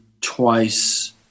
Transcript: twice